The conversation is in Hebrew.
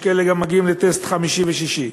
יש גם כאלה שמגיעים לטסט חמישי ושישי.